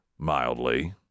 Mildly